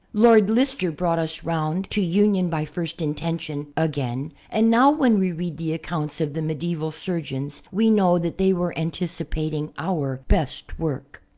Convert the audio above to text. lord lister brought us round to union by first intention again and now when we read the accounts of the medieval surgeons we know that they were anticipating our best work.